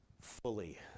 fully